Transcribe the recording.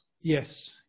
Yes